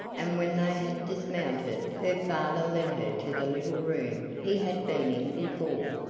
and when they had dismounted her father led her to the little room he had been in before,